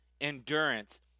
endurance